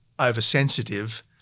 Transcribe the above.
oversensitive